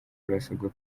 barasabwa